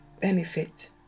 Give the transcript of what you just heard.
benefit